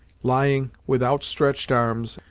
lying, with outstretched arms,